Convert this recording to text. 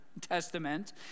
Testament